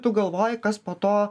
tu galvoji kas po to